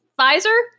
Pfizer